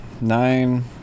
nine